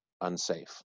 unsafe